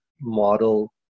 model